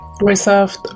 reserved